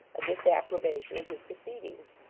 a disapprobation of his proceedings,